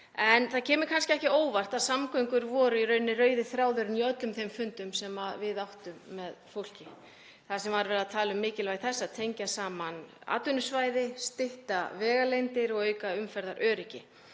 Það kemur kannski ekki á óvart að samgöngur voru rauði þráðurinn á öllum þeim fundum sem við áttum með fólki þar sem var verið að tala um mikilvægi þess að tengja saman atvinnusvæði, stytta vegalengdir og auka umferðaröryggi.